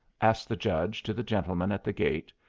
asks the judge to the gentleman at the gate,